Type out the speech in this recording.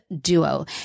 Duo